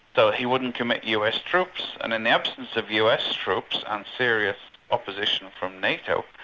so he wouldn't commit us troops, and in the absence of us troops and serious opposition from nato,